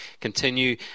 Continue